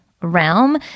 realm